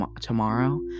tomorrow